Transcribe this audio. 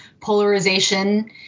polarization